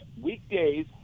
Weekdays